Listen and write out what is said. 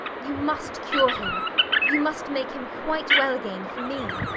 you must cure him you must make him quite well again for me.